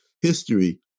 history